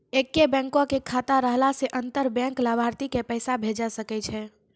एक्के बैंको के खाता रहला से अंतर बैंक लाभार्थी के पैसा भेजै सकै छै